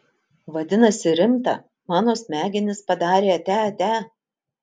vadinasi rimta mano smegenys padarė atia atia